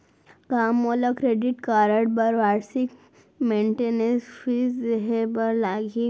का मोला credit card बर वार्षिक मेंटेनेंस फीस देहे बर लागही?